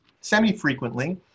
semi-frequently